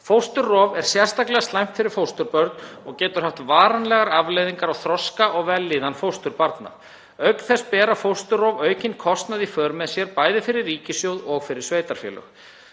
Fósturrof er sérlega slæmt fyrir fósturbörn og getur haft varanlegar afleiðingar á þroska og vellíðan fósturbarna. Auk þess hafa fósturrof aukinn kostnað í för með sér bæði fyrir ríkissjóð og sveitarfélög.